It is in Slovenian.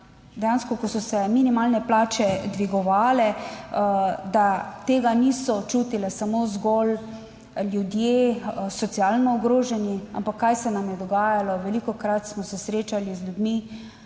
dejansko, ko so se minimalne plače dvigovale, da tega niso čutile samo zgolj ljudje socialno ogroženi, ampak kaj se nam je dogajalo? Velikokrat smo se srečali z ljudmi